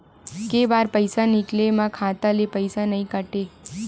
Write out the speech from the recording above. के बार पईसा निकले मा खाता ले पईसा नई काटे?